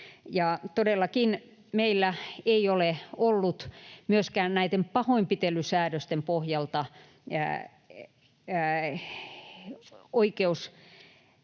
Todellakaan meillä ei ole ollut myöskään pahoinpitelysäädösten pohjalta